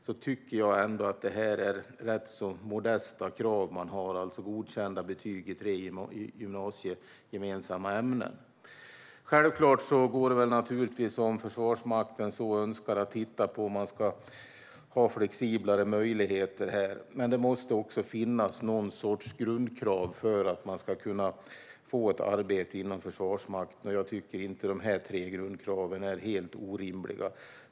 Jag tycker att det är rätt modesta krav, alltså godkända betyg i tre gymnasiegemensamma ämnen. Självfallet går det, om Försvarsmakten så önskar, att titta på om man ska ha flexiblare möjligheter här, men det måste finnas någon sorts grundkrav för att kunna få ett arbete inom Försvarsmakten. Jag tycker inte att de tre grundkraven är helt orimliga.